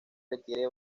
requiere